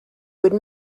would